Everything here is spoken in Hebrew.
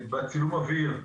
בצילום האוויר,